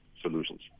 solutions